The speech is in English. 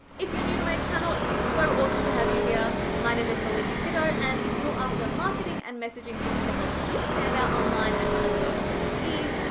if you're new to my channel, it is so awesome to have you here, my name is melinda kitto and if you're after marketing and messaging tips to help you stand out online and sell your offers with ease,